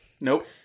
nope